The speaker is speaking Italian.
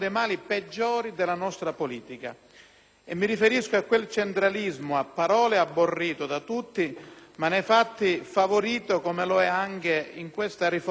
Mi riferisco a quel centralismo, a parole aborrito da tutti, ma nei fatti favorito come accade anche in questa riforma sul federalismo.